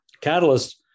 Catalyst